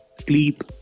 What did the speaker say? sleep